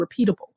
repeatable